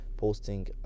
posting